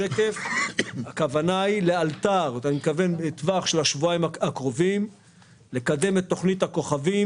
הכוונה בטווח של השבועיים הקרובים לקדם את תכנית הכוכבים